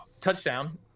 touchdown